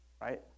right